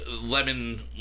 lemon